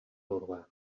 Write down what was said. urbà